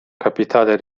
capitale